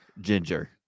ginger